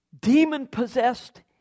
demon-possessed